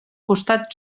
costat